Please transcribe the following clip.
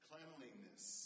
cleanliness